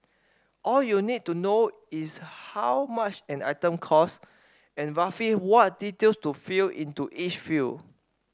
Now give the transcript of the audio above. all you need to know is how much an item cost and roughly what details to fill into each field